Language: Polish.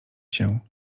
się